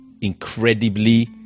incredibly